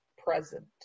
present